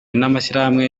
n’amashyirahamwe